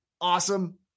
awesome